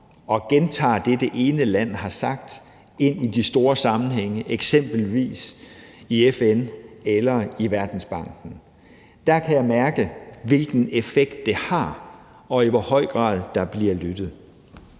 og gentager det, det ene land har sagt, og bringer det ind i de store sammenhænge, eksempelvis i FN eller i Verdensbanken. Jeg kan mærke, hvilken effekt det har der, og i hvor høj grad der bliver lyttet.